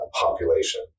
population